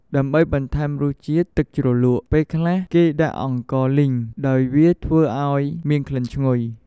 ដើម្បីបន្ថែមរសជាតិទឹកជ្រលក់ ពេលខ្លះគេដាក់អង្ករលីង ដោយវាធ្វើឲ្យមានក្លិនឈ្ងុយ។